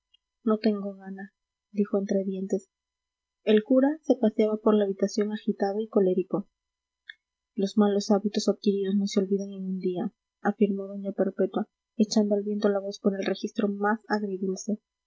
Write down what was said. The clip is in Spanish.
no tengo gana dijo entre dientes el cura se paseaba por la habitación agitado y colérico los malos hábitos adquiridos no se olvidan en un día afirmó doña perpetua echando al viento la voz por el registro más agridulce